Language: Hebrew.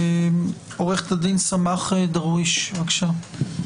עו"ד סמאח דרויש, בבקשה.